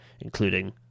including